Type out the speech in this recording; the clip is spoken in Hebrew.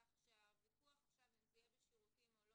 כך שהוויכוח עכשיו אם זה יהיה בשירותים או לא